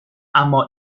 اما